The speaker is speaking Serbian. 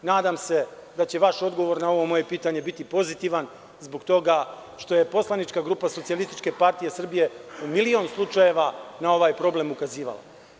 Nadam se da će vaš odgovor na ovo moje pitanje biti pozitivan zbog toga što je poslanička grupa SPS u milion slučajeva na ovaj problem ukazivala.